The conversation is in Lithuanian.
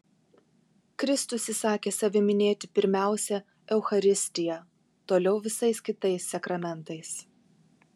kristus įsakė save minėti pirmiausia eucharistija toliau visais kitais sakramentais